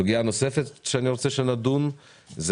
סוגייה נוספת שאני רוצה שנדון בה זאת